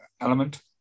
element